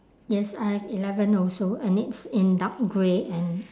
yes I have eleven also and it's in dark grey and